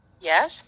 Yes